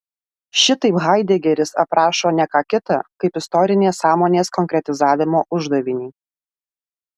šitaip haidegeris aprašo ne ką kita kaip istorinės sąmonės konkretizavimo uždavinį